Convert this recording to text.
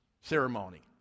ceremony